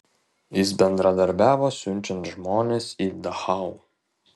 jis bendradarbiavo siunčiant žmones į dachau